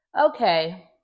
okay